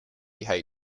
american